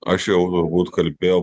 aš jau turbūt kalbėjau